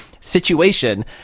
Situation